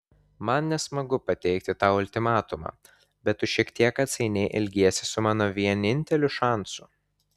man nesmagu pateikti tau ultimatumą bet tu šiek tiek atsainiai elgiesi su mano vieninteliu šansu